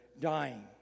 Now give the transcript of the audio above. dying